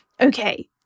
Okay